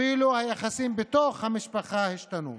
אפילו היחסים בתוך המשפחה השתנו.